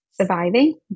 surviving